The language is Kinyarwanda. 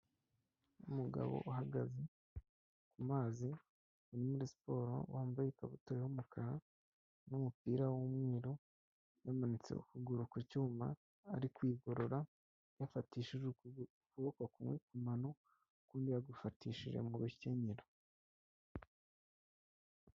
Umugabo uhagaze ku mazi uri muri siporo wambaye ikabutura y'umukara n'umupira w'umweru, yamanitse ukuguru ku cyuma ari kwigorora, yafatishije ukuboko kumwe ku mano, ukundi yagufatishije mu rukenyerero.